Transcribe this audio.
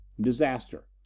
Disaster